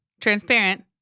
Transparent